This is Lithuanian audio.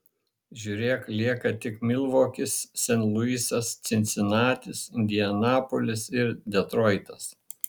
žiūrėk lieka tik milvokis sent luisas cincinatis indianapolis ir detroitas